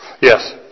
Yes